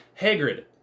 Hagrid